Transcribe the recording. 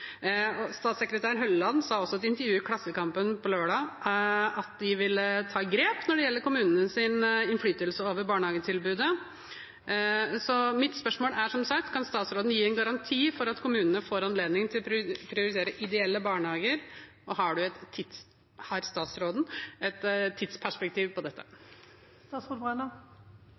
Statssekretær Hølleland sa også i et intervju i Klassekampen på lørdag at de ville ta grep når det gjelder kommunenes innflytelse over barnehagetilbudet. Mitt spørsmål er som sagt: Kan statsråden gi en garanti for at kommunene får anledning til å prioritere ideelle barnehager, og har statsråden et tidsperspektiv på dette?